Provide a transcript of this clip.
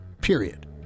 Period